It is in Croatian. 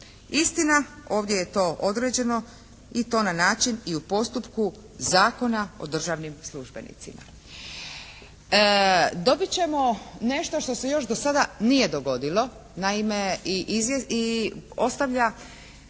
Istina, ovdje je to određeno i to na način i u postupku Zakona o državnim službenicima. Dobit ćemo nešto što se još do sada nije dogodilo. Naime, i ostavlja